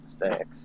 mistakes